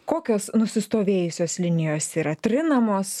kokios nusistovėjusios linijos yra trinamos